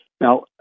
Now